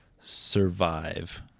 survive